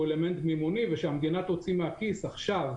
אלמנט מימוני ושהמדינה תוציא מהכיס עכשיו,